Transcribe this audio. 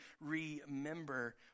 remember